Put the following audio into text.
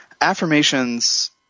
affirmations